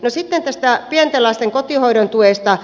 sitten tästä pienten lasten kotihoidon tuesta